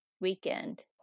weekend